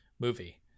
movie